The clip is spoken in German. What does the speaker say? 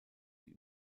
die